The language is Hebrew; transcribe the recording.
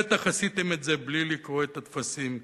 בטח עשיתם את זה בלי לקרוא את הטפסים,